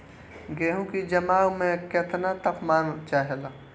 गेहू की जमाव में केतना तापमान चाहेला?